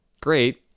great